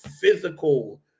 physical